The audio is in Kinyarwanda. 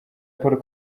paul